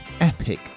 epic